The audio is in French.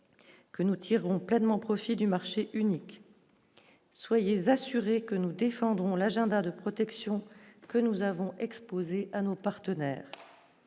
que nous tirons pleinement profit du marché unique, soyez assurés que nous défendrons l'agenda de protection que nous avons exposé à nos partenaires,